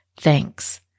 Thanks